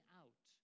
out